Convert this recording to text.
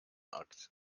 akt